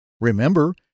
Remember